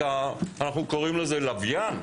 אנחנו קוראים לזה לוויין.